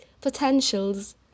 potentials